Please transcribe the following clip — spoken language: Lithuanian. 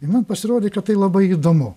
ir man pasirodė kad tai labai įdomu